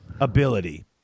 ability